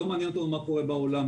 לא מעניין אותנו מה קורה בעולם,